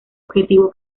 objetivo